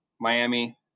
Miami